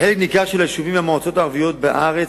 בחלק ניכר מהיישובים ומהמועצות הערביות בארץ